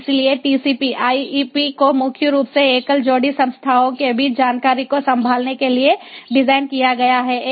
इसलिए TCP IP को मुख्य रूप से एकल जोड़ी संस्थाओं के बीच जानकारी को संभालने के लिए डिज़ाइन किया गया है